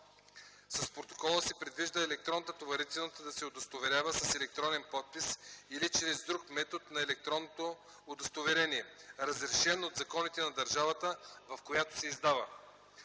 С Протокола се предвижда електронната товарителница да се удостоверява с електронен подпис или чрез друг метод на електронно удостоверение, разрешен от законите на държавата, в която се издава.